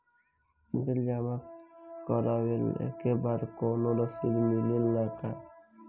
Bill जमा करवले के बाद कौनो रसिद मिले ला का?